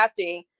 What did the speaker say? crafting